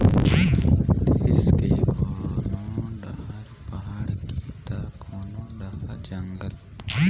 देस के कोनो डहर पहाड़ हे त कोनो डहर जंगल